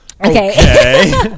Okay